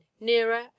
nearer